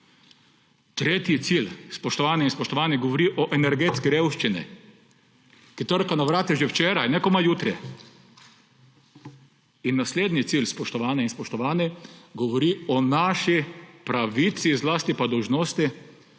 Tretji cilj, spoštovane in spoštovani, govori o energetski revščini, ki trka na vrata že včeraj, ne komaj jutri. In naslednji cilj, spoštovane in spoštovani, govori o naši pravici, zlasti pa dolžnosti,